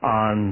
on